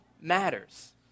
matters